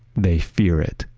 they fear it.